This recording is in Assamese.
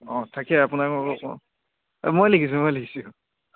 অঁ তাকে আপোনাক অঁ মই লিখিছোঁ মই লিখিছোঁ